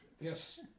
Yes